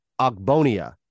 Agbonia